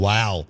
Wow